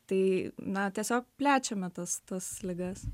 tai na tiesiog plečiame tas tas ligas